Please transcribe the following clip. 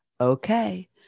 Okay